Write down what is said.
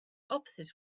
opposite